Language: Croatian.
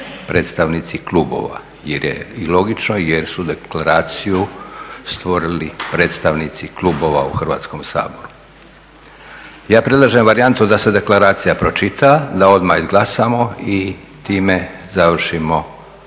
predstavnici klubova jer je i logično jer su Deklaraciju stvorili predstavnici klubova u Hrvatskom saboru. Ja predlažem varijantu da se Deklaracija pročita, da odmah izglasamo i time završimo